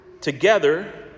Together